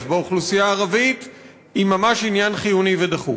באוכלוסייה הערבית היא ממש עניין חיוני ודחוף.